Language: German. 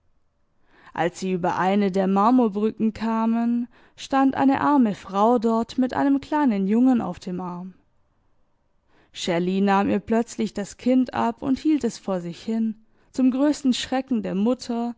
als sie über eine der marmorbrücken kamen stand eine arme frau dort mit einem kleinen jungen auf dem arm shelley nahm ihr plötzlich das kind ab und hielt es vor sich hin zum größten schrecken der mutter